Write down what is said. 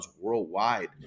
worldwide